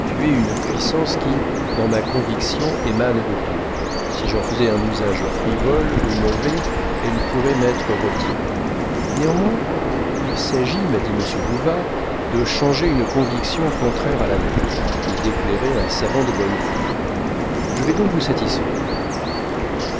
une puissance qui dans ma conviction émane de dieu si j'en faisais un usage frivole ou mauvais elle pourrait m'être retirée néanmoins il s'agit m'a dit monsieur bouvard de changer une conviction contraire à la nôtre et d'éclairer un savant de bonne foi je vais donc vous satisfaire